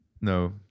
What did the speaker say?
No